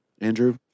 Andrew